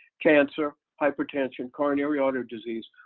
cancer, hypertension, coronary artery disease,